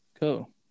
cool